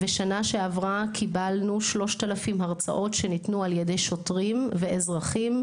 בשנה שעברה קיבלנו 3,000 הרצאות שניתנו על-ידי שוטרים ואזרחים.